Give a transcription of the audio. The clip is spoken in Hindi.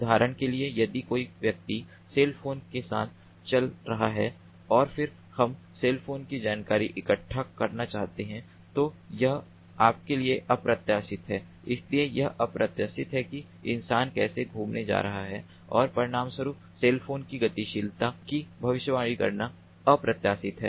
उदाहरण के लिए यदि कोई व्यक्ति सेल फोन के साथ चल रहा है और फिर हम सेल फोन की जानकारी इकट्ठा करना चाहते हैं तो यह आपके लिए अप्रत्याशित है इसलिए यह अप्रत्याशित है कि इंसान कैसे घूमने जा रहा है और परिणामस्वरूप सेल फोन की गतिशीलता की भविष्यवाणी करना अप्रत्याशित है